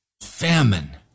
famine